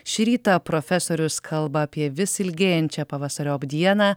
šį rytą profesorius kalba apie vis ilgėjančią pavasariop dieną